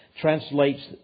translates